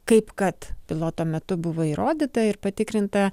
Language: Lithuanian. kaip kad piloto metu buvo įrodyta ir patikrinta